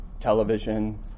television